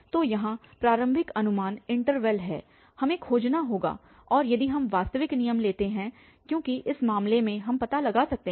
तो यहाँ प्रारंभिक अनुमान इन्टरवल है हमें खोजना होगा और यदि हम वास्तविक नियम लेते हैं क्योंकि इस मामले में हम पता लगा सकते हैं